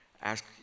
ask